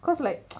cause like